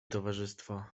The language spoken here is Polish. towarzystwo